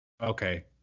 Okay